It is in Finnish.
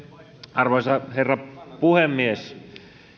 arvoisa herra puhemies